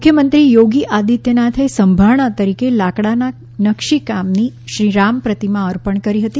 મુખ્યમંત્રી યોગી આદિત્યનાથે સંભારણા તરીકે લાકડાના નક્શી કામની શ્રી રામ પ્રતિમા અર્પણ કરી હતી